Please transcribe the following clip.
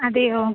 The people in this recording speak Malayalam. അതെയോ